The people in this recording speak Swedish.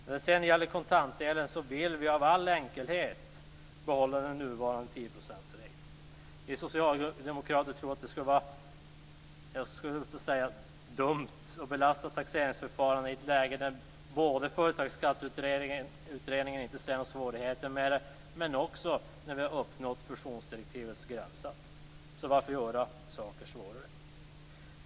När det sedan gäller kontantdelen vill vi av all enkelhet behålla den nuvarande tioprocentsregeln. Vi socialdemokrater tror att det vore dumt att belasta taxeringsförfarandet i ett läge där Företagsskatteutredningen inte ser några svårigheter och vi också har uppnått fusionsdirektivets gränssats. Så varför göra saker svårare?